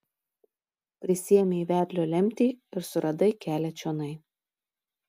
prisiėmei vedlio lemtį ir suradai kelią čionai